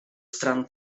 strano